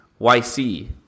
YC